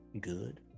good